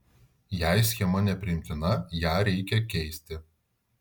jei schema nepriimtina ją reikia keisti